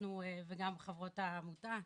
אנחנו וגם חברות העמותה,